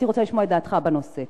הייתי רוצה לשמוע את דעתך בנושא.